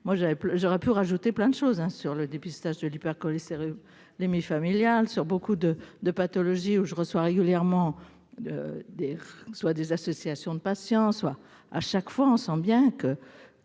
j'aurais pu rajouter plein de choses sur le dépistage de l'hypercholestérolémie les familial sur beaucoup de de pathologies où je reçois régulièrement des soit des associations de patients, soit à chaque fois, on sent bien que